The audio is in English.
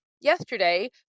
yesterday